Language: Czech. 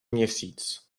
měsíc